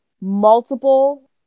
multiple